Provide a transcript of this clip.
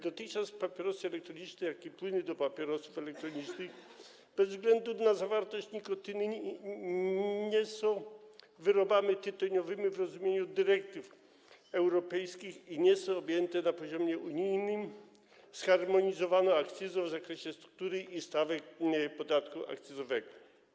Dotychczas papierosy elektroniczne i płyny do papierosów elektronicznych, bez względu na zawartość nikotyny, nie były wyrobami tytoniowymi w rozumieniu dyrektyw europejskich ani nie były objęte na poziomie unijnym zharmonizowaną akcyzą w zakresie struktury i stawek podatku akcyzowego.